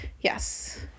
Yes